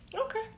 Okay